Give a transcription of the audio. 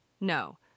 No